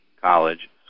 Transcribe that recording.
College